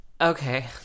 Okay